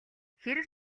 хэрэв